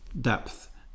depth